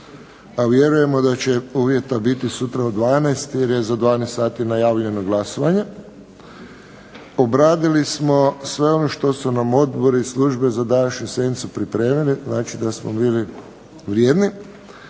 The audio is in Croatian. A vjerujemo da će uvjeta biti sutra u 12,00 jer je za 12,00 sati najavljeno glasovanje. Obradili smo sve ono što su nam odbori i službe za današnju sjednicu pripremili. Znači da smo bili vrijedni,